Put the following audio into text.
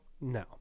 no